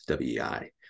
WEI